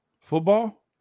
Football